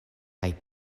kaj